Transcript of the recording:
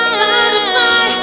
Spotify